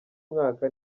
mwaka